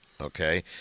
okay